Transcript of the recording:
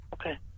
Okay